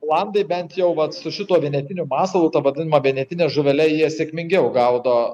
olandai bent jau vat su šituo genetiniu masalo ta vadinama vienetine žuvele jie sėkmingiau gaudo